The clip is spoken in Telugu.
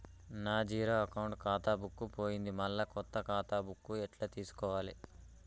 నా జీరో అకౌంట్ ఖాతా బుక్కు పోయింది మళ్ళా కొత్త ఖాతా బుక్కు ఎట్ల తీసుకోవాలే?